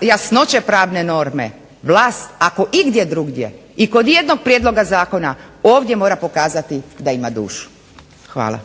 jasnoće pravne norme, vlast ako igdje drugdje i kod jednog prijedloga zakona ovdje mora pokazati da ima dušu. Hvala.